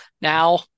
now